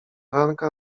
ranka